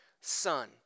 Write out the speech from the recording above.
son